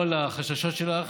כל החששות שלך,